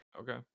Okay